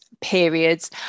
periods